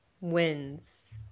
wins